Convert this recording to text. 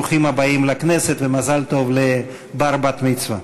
ברוכים הבאים לכנסת ומזל טוב לבר-מצווה, בת-מצווה.